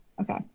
Okay